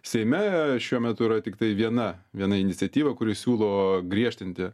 seime šiuo metu yra tiktai viena viena iniciatyva kuri siūlo griežtinti